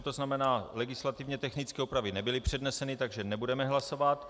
To znamená, legislativně technické úpravy nebyly předneseny, takže nebudeme hlasovat.